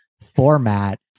format